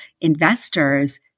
investors